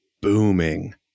booming